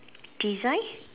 design